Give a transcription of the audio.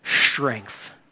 strength